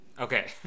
Okay